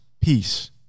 peace